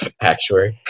Actuary